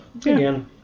again